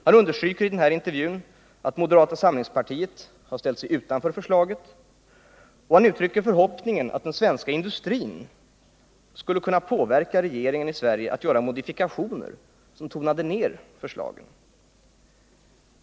Han understryker att moderata samlingspartiet har ställt sig utanför förslaget, och han uttrycker förhoppningen att den svenska industrin skall påverka regeringen i Sverige att göra modifikationer, som tonar ned förslaget.